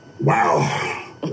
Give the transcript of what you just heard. wow